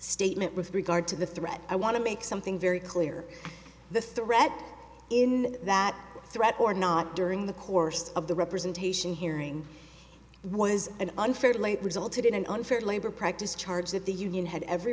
statement with regard to the threat i want to make something very clear the threat in that threat or not during the course of the representation hearing was an unfair late resulted in an unfair labor practice charge that the union had every